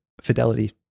fidelity